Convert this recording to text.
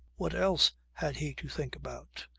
what else had he to think about?